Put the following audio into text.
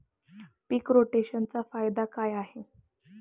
पीक रोटेशनचा फायदा काय आहे?